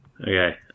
Okay